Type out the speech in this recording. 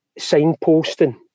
signposting